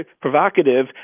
provocative